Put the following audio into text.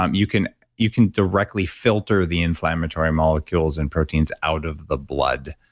um you can you can directly filter the inflammatory molecules and proteins out of the blood,